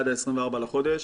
עד ה-24 לחודש,